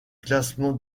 classement